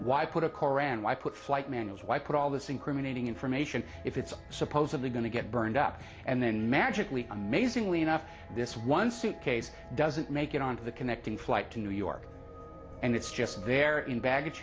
why put a koran why put flight manuals why put all this incriminating information if it's supposedly going to get burned up and then magically amazingly enough this one suitcase doesn't make it onto the connecting flight to new york and it's just there in baggage